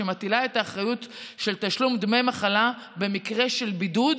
ומטילה את האחריות של תשלום דמי מחלה במקרה של בידוד,